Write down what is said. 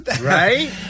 Right